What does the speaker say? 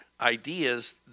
ideas